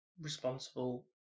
responsible